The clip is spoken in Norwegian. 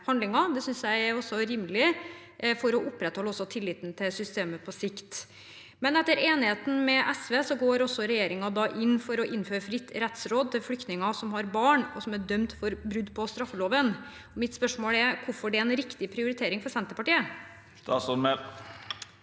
Det synes jeg er rimelig for å opprettholde tilliten til systemet på sikt. Etter enigheten med SV går regjeringen inn for å innføre fritt rettsråd for flyktninger som har barn, og som er dømt for brudd på straffeloven. Mitt spørsmål er: Hvorfor er det en riktig prioritering for Senterpartiet? Statsråd